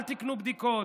אל תקנו בדיקות,